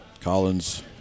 Collins